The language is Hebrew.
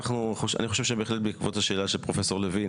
אני חושב שבהחלט בעקבות השאלה של פרופ' לוין